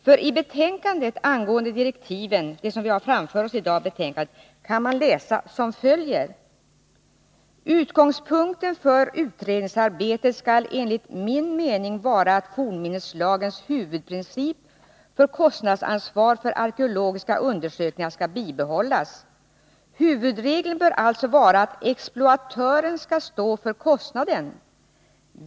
I föreliggande betänkande kan man bl.a. läsa följande avsnitt ur direktiven: ”Utgångspunkten för utredningsarbetet skall enligt min mening vara att fornminneslagens huvudprincip för kostnadsansvar för arkeologiska undersökningar bibehålls. Huvudregeln bör alltså vara att exploatören skall stå för kostnaden.